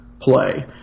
play